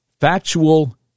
factual